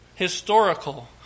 historical